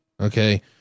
Okay